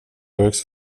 works